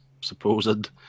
supposed